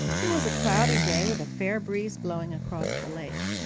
it was a cloudy day with a fair breeze blowing across the lake.